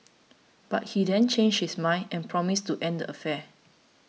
but he then changed his mind and promised to end the affair